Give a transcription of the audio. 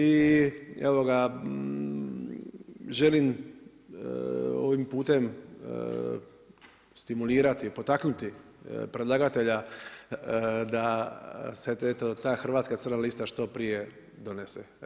I evo ga želim ovim putem stimulirati, potaknuti predlagatelja, da se eto ta hrvatska crna lista što prije donese.